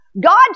God